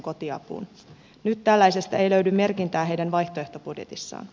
nyt tällaisesta ei löydy merkintää heidän vaihtoehtobudjetissaan